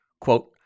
Quote